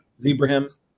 Zebraham